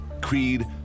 creed